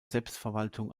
selbstverwaltung